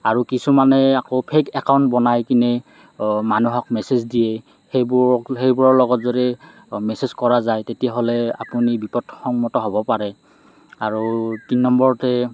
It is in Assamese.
আৰু কিছুমানে আকৌ ফেইক একাউণ্ট বনাই কিনে মানুহক মেছেজ দিয়ে সেইবোৰক সেইবোৰৰ লগত যদি মেছেজ কৰা যায় তেতিয়াহ'লে আপুনি বিপদসন্মত হ'ব পাৰে আৰু তিনি নম্বৰতে